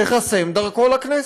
תיחסם דרכו לכנסת.